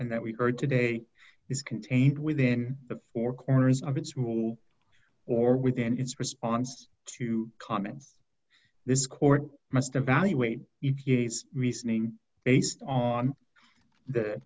and that we heard today is contained within the four corners of its rule or within its response to comments this court must evaluate if he's resigning based on the